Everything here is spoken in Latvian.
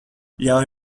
ļauj